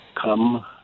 come